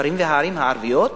הכפרים הערביים והערים הערביות,